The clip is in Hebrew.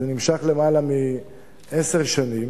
זה נמשך למעלה מעשר שנים,